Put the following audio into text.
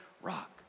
rock